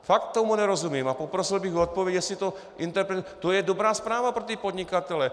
Fakt tomu nerozumím a poprosil bych o odpověď, jestli to interpretuji to je dobrá zpráva pro ty podnikatele.